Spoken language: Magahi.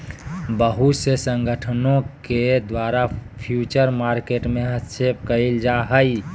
बहुत से संगठनों के द्वारा फ्यूचर मार्केट में हस्तक्षेप क़इल जा हइ